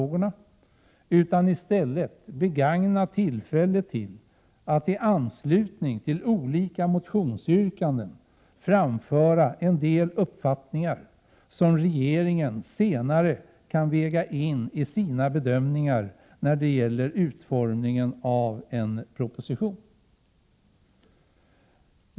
1987/88:124 utan att i stället begagna tillfället till att i anslutning till olika motionsyrkan 20 maj 1988 den framföra en del uppfattningar som regeringen senare kan väga in i sina bedömningar i samband med utformningen av en proposition.